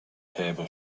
table